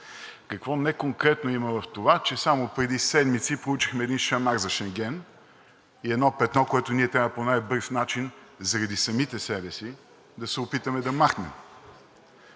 Какво неконкретно има в това, че само преди седмица получихме един шамар за Шенген и едно петно, което ние трябва по най-бързия начин – заради самите себе си, да се опитаме да махнем?